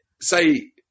say